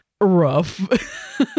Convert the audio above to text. rough